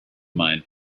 mine